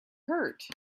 hurt